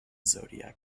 zodiac